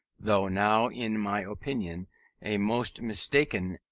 though now in my opinion a most mistaken,